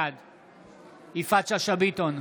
בעד יפעת שאשא ביטון,